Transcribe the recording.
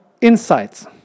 insights